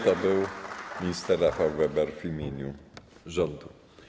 To był minister Rafał Weber w imieniu rządu.